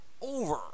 over